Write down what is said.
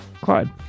Clyde